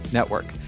Network